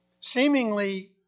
seemingly